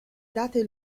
date